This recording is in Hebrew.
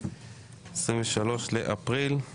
23 לאפריל.